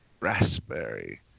Raspberry